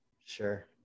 Sure